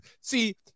see